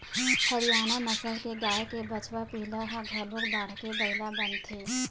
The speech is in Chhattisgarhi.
हरियाना नसल के गाय के बछवा पिला ह घलोक बाड़के बइला बनथे